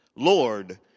Lord